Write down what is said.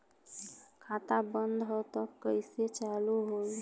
खाता बंद ह तब कईसे चालू होई?